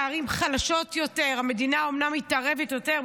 בערים חלשות יותר המדינה אומנם מתערבת יותר,